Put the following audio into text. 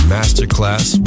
Masterclass